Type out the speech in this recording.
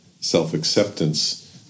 self-acceptance